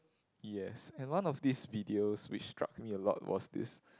yes and one of these videos which struck me a lot was this